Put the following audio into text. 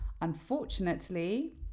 Unfortunately